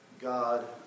God